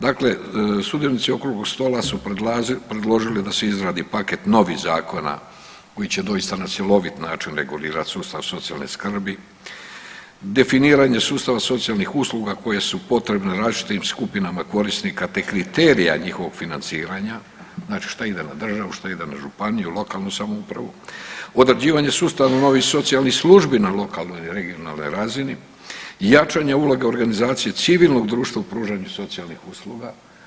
Dakle, sudionici okruglog stola su predložili da se izradi paket novih zakona koji će doista na cjelovit način regulirat sustav socijalne skrbi, definiranje sustava socijalnih usluga koje su potrebne različitim skupinama korisnika te kriterija njihovog financiranja, znači šta ide na državu, šta ide na županiju, lokalnu samoupravu, odrađivanje sustava u novi socijalnih službi na lokalnoj i regionalnoj razini, jačanje uloge organizacije civilnog društva u pružanju socijalnih usluga.